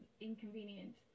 inconvenient